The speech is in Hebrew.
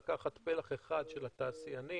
לקחת פלח אחד של התעשיינים,